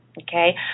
okay